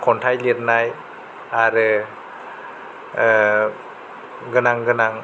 खन्थाइ लिरनाय आरो गोनां गोनां